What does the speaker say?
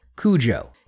Cujo